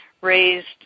raised